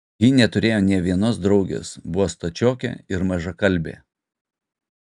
ji neturėjo nė vienos draugės buvo stačiokė ir mažakalbė